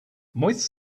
moist